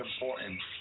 important